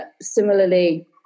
Similarly